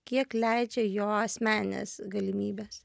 kiek leidžia jo asmeninės galimybės